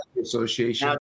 Association